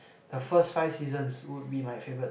this first five seasons would be my favourite